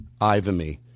Ivamy